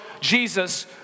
Jesus